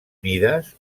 mides